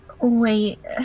Wait